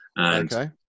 Okay